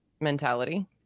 mentality